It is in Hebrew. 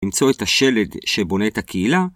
‫למצוא את השלד שבונה את הקהילה.